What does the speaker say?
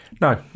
No